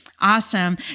Awesome